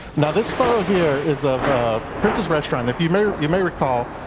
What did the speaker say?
and ah this photo here is of princess restaurant. you may you may recall.